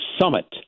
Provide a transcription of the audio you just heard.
summit